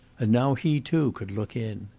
and now he too could look in.